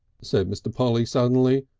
said mr. polly suddenly,